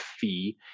fee